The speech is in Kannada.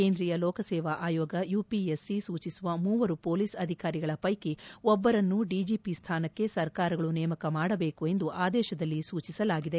ಕೇಂದ್ರೀಯ ಲೋಕಸೇವಾ ಆಯೋಗ ಯುಪಿಎಸ್ಸಿಸೂಚಿಸುವ ಮೂವರು ಮೊಲೀಸ್ ಅಧಿಕಾರಿಗಳ ವೈಕಿ ಒಬ್ಬರನ್ನು ಡಿಜಿಪಿ ಸ್ಥಾನಕ್ಕೆ ಸರ್ಕಾರಗಳು ನೇಮಕ ಮಾಡಬೇಕು ಎಂದು ಆದೇಶದಲ್ಲಿ ಸೂಚಿಸಲಾಗಿದೆ